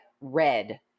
red